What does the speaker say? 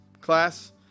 Class